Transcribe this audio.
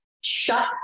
shut